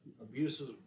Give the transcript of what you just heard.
Abuses